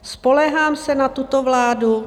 Spoléhám se na tuto vládu?